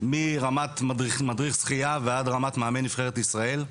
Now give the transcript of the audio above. מרמת מדריך שחייה ועד רמת מאמן נבחרת ישראל.